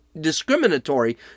discriminatory